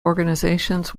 organizations